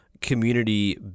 community